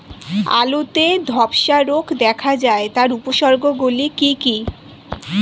আলুতে ধ্বসা রোগ দেখা দেয় তার উপসর্গগুলি কি কি?